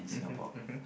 mmhmm mmhmm